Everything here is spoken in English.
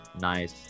Nice